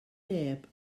neb